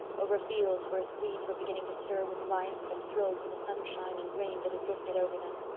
over fields where seeds were beginning to stir with life and thrill to the sunshine and rain that had drifted over them.